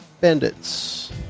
bandits